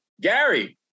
Gary